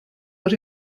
but